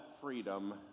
freedom